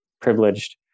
privileged